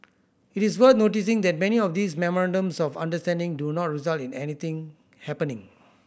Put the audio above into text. it is worth noting that many of these memorandums of understanding do not result in anything happening